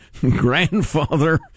Grandfather